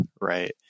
right